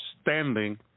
standing